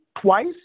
twice